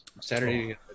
Saturday